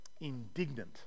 indignant